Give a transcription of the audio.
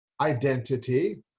identity